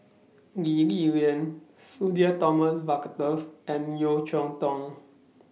Lee Li Lian Sudhir Thomas Vadaketh and Yeo Cheow Tong